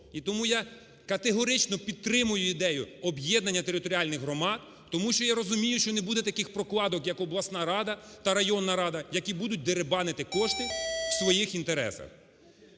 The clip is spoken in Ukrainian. І тому я категорично підтримую ідею об'єднання територіальних громад, тому що я розумію, що не буде таких прокладок як обласна рада та районна рада, які будуть деребанити кошти в своїх інтересах.